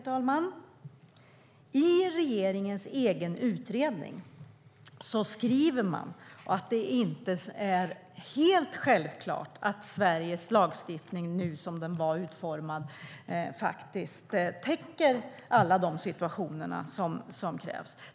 Herr talman! I regeringens egen utredning står det att det inte är helt självklart att Sveriges lagstiftning, som den är utformad, täcker alla de situationer som krävs.